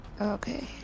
okay